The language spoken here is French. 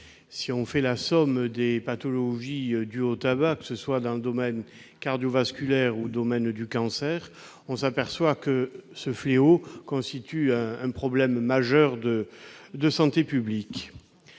Si l'on fait la somme des pathologies dues au tabac, que ce soit dans le domaine cardiovasculaire ou dans le domaine du cancer, on s'aperçoit que ce fléau constitue un problème majeur de santé publique.